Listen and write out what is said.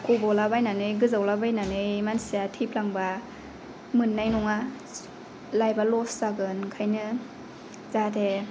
गबलाबायनानै गोजावलाबायनानै मानसिया थैफ्लांबा मोननाय नङा लाइफआ लस जागोन ओंखायनो जाहाथे